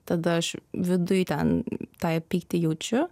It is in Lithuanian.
tada aš viduj ten tą pyktį jaučiu